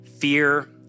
fear